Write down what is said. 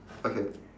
okay